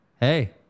Hey